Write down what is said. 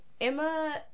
emma